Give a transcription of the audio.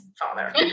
father